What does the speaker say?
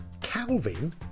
Calvin